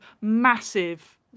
massive